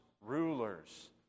rulers